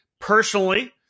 Personally